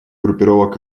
группировок